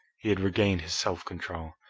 he had regained his self-control.